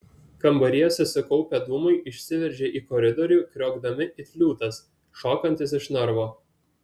kambaryje susikaupę dūmai išsiveržė į koridorių kriokdami it liūtas šokantis iš narvo